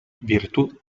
virtù